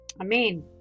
Amen